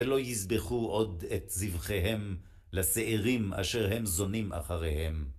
ולא יזבחו עוד את זבחיהם לשעירים אשר הם זונים אחריהם